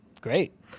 Great